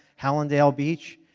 hallandale beach,